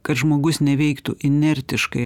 kad žmogus neveiktų inertiškai